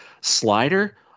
slider